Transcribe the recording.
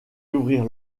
d’ouvrir